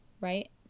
right